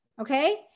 Okay